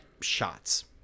shots